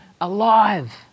alive